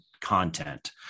content